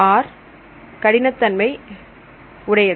R கடினத் தன்மை உடையது